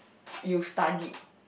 you studied